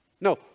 no